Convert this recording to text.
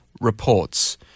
reports